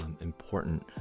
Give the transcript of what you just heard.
important